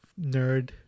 nerd